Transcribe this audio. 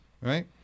Right